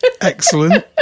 Excellent